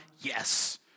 Yes